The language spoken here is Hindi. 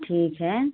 ठीक है